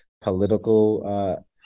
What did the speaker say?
political